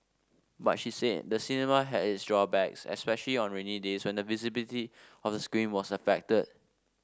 but she said the cinema had its drawbacks especially on rainy days when the visibility of the screen was affected